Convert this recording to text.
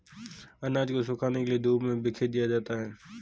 अनाज को सुखाने के लिए धूप में बिखेर दिया जाता है